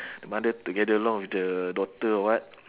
the mother together along with the daughter or what